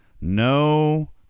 No